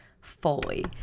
Fully